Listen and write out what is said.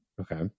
Okay